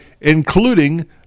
including